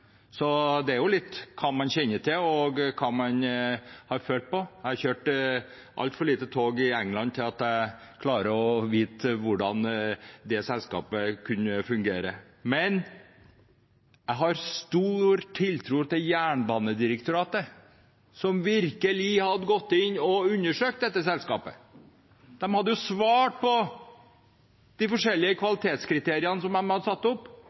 Det er jo litt hva man kjenner til, og hva man har følt på, og jeg har kjørt altfor lite tog i England til at jeg kan vite hvordan det selskapet kan fungere. Men jeg har stor tiltro til Jernbanedirektoratet, som virkelig har gått inn i og undersøkt dette selskapet. Go-Ahead har svart på de forskjellige kvalitetskriteriene som man hadde satt opp.